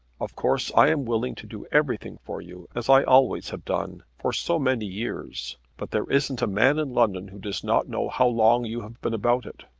of course i am willing to do everything for you, as i always have done for so many years, but there isn't a man in london who does not know how long you have been about it.